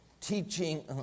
teaching